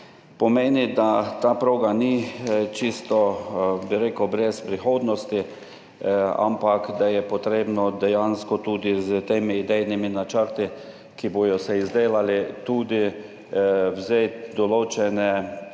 Pomeni, da ta proga ni čisto, bi rekel, brez prihodnosti, ampak da je treba dejansko tudi s temi idejnimi načrti, ki bodo izdelani, vzeti določene dobre